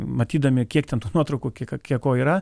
matydami kiek ten tų nuotraukų kiek kiek ko yra